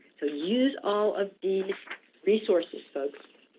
so use all of these resources folks,